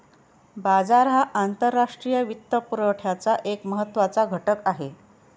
बाजार हा आंतरराष्ट्रीय वित्तपुरवठ्याचा एक महत्त्वाचा घटक आहे